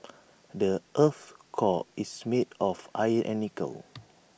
the Earth's core is made of iron and nickel